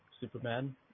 superman